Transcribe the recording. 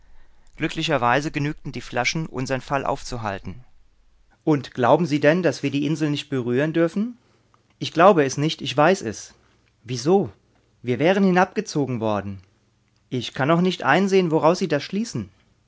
glücklicherweise genügten die flaschen unsern fall aufzuhalten und glauben sie denn daß wir die insel nicht berühren dürfen ich glaube es nicht ich weiß es wieso wir wären hinabgezogen worden ich kann noch nicht einsehen woraus sie das schließen